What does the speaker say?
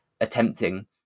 attempting